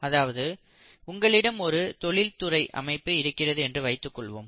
அதாவது உங்களிடம் ஒரு தொழில்துறை அமைப்பு இருக்கிறது என்று வைத்துக் கொள்வோம்